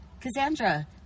Cassandra